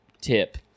tip